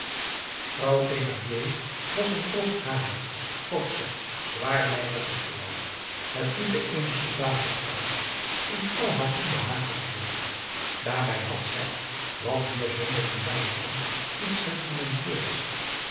vrouw thénardier was een rosharige forsche zwaarlijvige vrouw het type eener soldatenvrouw in al haar onbehaaglijkheid daarbij had zij wat hier zonderling bijkwam iets sentimenteels